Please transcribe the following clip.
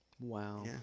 Wow